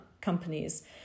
companies